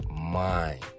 mind